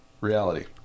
reality